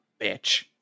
bitch